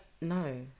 no